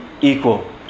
equal